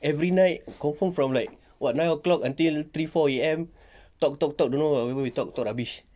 every night confirm from like what nine o'clock until three four A_M talk talk talk don't know whatever we talk rubbish